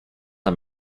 are